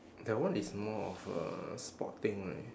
that one is more of a sporting right